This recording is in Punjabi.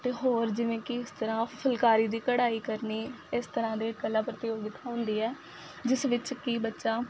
ਅਤੇ ਹੋਰ ਜਿਵੇਂ ਕਿ ਇਸ ਤਰ੍ਹਾਂ ਫੁਲਕਾਰੀ ਦੀ ਕਢਾਈ ਕਰਨੀ ਇਸ ਤਰ੍ਹਾਂ ਦੇ ਕਲਾ ਪ੍ਰਤੀਯੋਗਤਾ ਹੁੰਦੀ ਹੈ ਜਿਸ ਵਿੱਚ ਕਿ ਬੱਚਾ